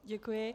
Děkuji.